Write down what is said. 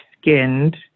skinned